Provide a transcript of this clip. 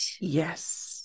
yes